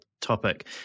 topic